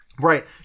Right